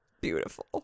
Beautiful